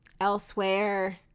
elsewhere